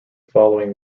following